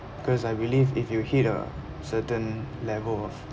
because I believe if you hit a certain level of